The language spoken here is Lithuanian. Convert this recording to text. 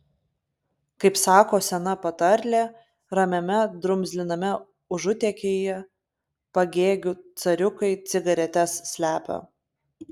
kaip sako sena patarlė ramiame drumzliname užutėkyje pagėgių cariukai cigaretes slepia